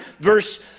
verse